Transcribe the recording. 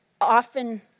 often